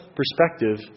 perspective